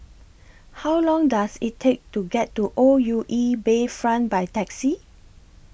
How Long Does IT Take to get to O U E Bayfront By Taxi